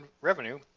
revenue